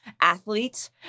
athletes